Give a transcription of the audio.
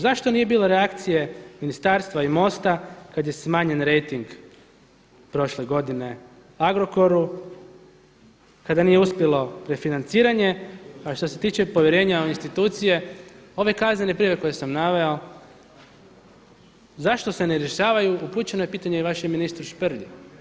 Zašto nije bilo reakcije ministarstva i MOST-a kad je smanjen rejting prošle godine Agrokoru kada nije uspjelo refinanciranje, a što se tiče povjerenja u institucije ove kaznene prijave koje sam naveo zašto se ne rješavaju upućeno je pitanje i vašem ministru Šprlji.